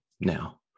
now